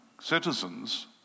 citizens